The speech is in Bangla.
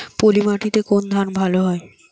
পলিমাটিতে কোন ধান ভালো হয়?